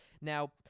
Now